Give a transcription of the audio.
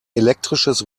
elektrisches